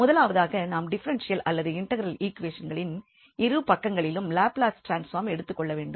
முதலாவதாக நாம் டிஃபரென்ஷியல் அல்லது இன்டெக்ரல் ஈக்வேஷன்களின் இரு பக்கங்களிலும் லாப்லஸ் டிரான்ஸ்பாம் எடுத்துக் கொள்ள வேண்டும்